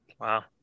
Wow